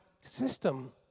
system